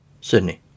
Sydney